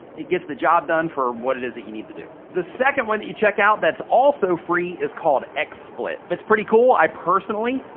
it gets the job done for what it is that you need to do. the second one that check out that's also free is called xsplit. it's pretty cool. i, personally,